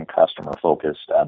customer-focused